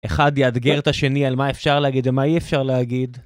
אחד יאתגר את השני על מה אפשר להגיד ומה אי אפשר להגיד.